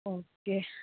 okay